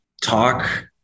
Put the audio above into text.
talk